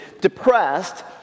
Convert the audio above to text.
depressed